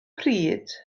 pryd